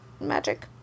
magic